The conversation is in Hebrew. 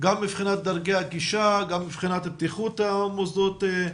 גם מבחינת דרכי הגישה, בטיחות המוסדות.